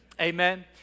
Amen